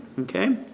okay